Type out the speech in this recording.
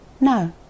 No